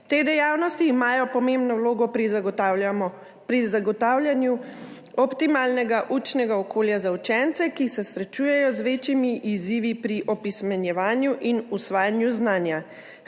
Te dejavnosti imajo pomembno vlogo pri zagotavljanju optimalnega učnega okolja za učence, ki se srečujejo z večjimi izzivi pri opismenjevanju in osvajanju znanja,